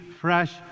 fresh